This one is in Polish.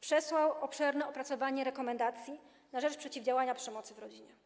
przesłał obszerne opracowanie zawierające rekomendacje na rzecz przeciwdziałania przemocy w rodzinie.